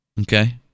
Okay